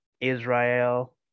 Israel